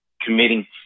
committing